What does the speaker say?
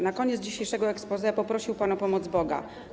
Na koniec dzisiejszego exposé poprosił pan o pomoc Boga.